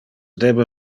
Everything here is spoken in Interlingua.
debe